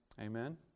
Amen